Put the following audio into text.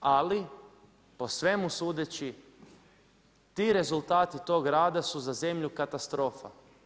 Ali, po svemu sudeći ti rezultati tog rada su za zemlju katastrofa.